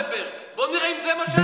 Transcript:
בוא נראה מה הוא רוצה.